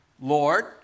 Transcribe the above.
Lord